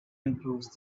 improves